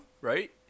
Right